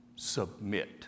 Submit